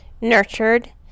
nurtured